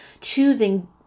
choosing